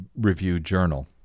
Review-Journal